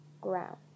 ground